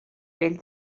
vell